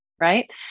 Right